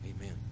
Amen